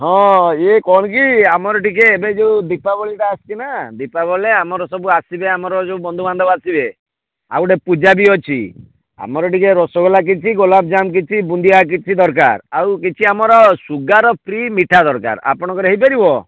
ହଁ ଇଏ କ'ଣ କି ଆମର ଟିକିଏ ଏବେ ଯୋଉ ଦୀପାବଳି ଟା ଆସିଛି ନା ଦୀପାବଳିରେ ଆମର ସବୁ ଆସିବେ ଆମର ଯୋଉ ବନ୍ଧୁ ବାନ୍ଧବ ଆସିବେ ଆଉ ଗୋଟେ ପୂଜା ବି ଅଛି ଆମର ଟିକିଏ ରସଗୋଲା କିଛି ଗୋଲାପ୍ଜାମ୍ କିଛି ବୁନ୍ଦିଆ କିଛି ଦରକାର୍ ଆଉ କିଛି ଆମର ସୁଗାର୍ ଫ୍ରୀ ମିଠା ଦରକାର୍ ଆପଣଙ୍କର ହେଇପାରିବ